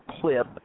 clip